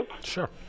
Sure